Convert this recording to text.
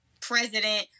president